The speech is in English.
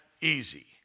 easy